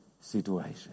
situation